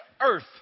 earth